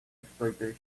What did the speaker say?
exploitation